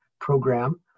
program